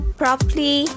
properly